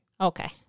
Okay